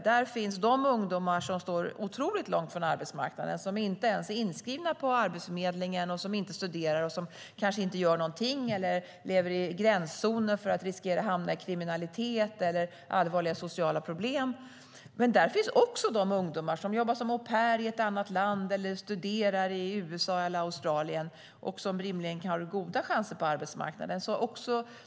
Där finns ungdomar som står otroligt långt från arbetsmarknaden, som inte ens är inskrivna på Arbetsförmedlingen, inte studerar och kanske inte gör någonting eller lever i gränszonen för att riskera att hamna i kriminalitet eller få allvarliga sociala problem. Men där finns också ungdomar som jobbar som au pair i ett annat land eller studerar i USA eller Australien och som rimligen har goda chanser på arbetsmarknaden.